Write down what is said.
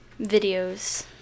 videos